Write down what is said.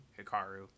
Hikaru